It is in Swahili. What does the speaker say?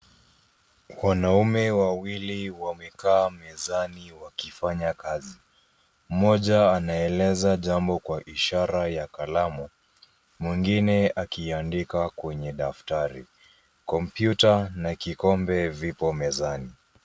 Wanaume wawili wamekaa mezani wakifanya kazi. Mmoja anaeleza jambo kwa ishara ya kalamu, mwingine akiandika kwenye daftari. Kompyuta na kikombe vipo mezani.